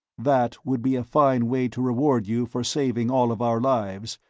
that would be a fine way to reward you for saving all of our lives.